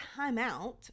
timeout